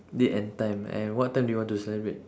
date and time and what time do you want to celebrate